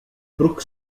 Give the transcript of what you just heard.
brook